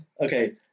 Okay